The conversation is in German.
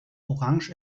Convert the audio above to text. orange